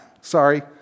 Sorry